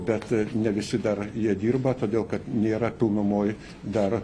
bet ne visi dar jie dirba todėl kad nėra pilnumoj dar